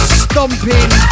stomping